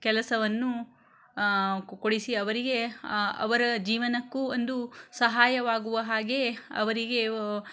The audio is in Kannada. ಕೆಲಸವನ್ನೂ ಕೊ ಕೊಡಿಸಿ ಅವರಿಗೆ ಅವರ ಜೀವನಕ್ಕೂ ಒಂದು ಸಹಾಯವಾಗುವ ಹಾಗೇ ಅವರಿಗೆ